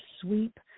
sweep